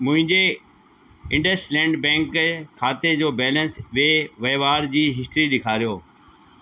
मुंहिंजे इंडसलैंड बैंक खाते जो बैलेंस वे वहिंवार जी हिस्ट्री ॾेखारियो